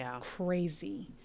crazy